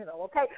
okay